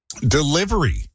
Delivery